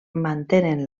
mantenen